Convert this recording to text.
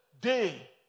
day